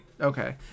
Okay